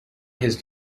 his